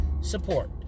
support